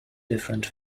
different